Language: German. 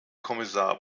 kommissar